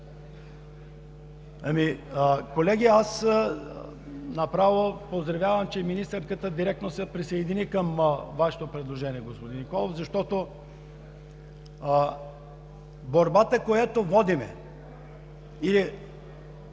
Колеги, аз поздравявам министърката, че директно се присъедини към Вашето предложение, господин Николов, за борбата, която водим, или